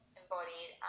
embodied